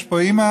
יש פה אימא,